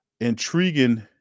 intriguing